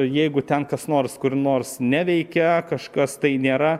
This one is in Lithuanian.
jeigu ten kas nors kur nors neveikia kažkas tai nėra